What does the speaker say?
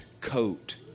coat